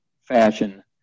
fashion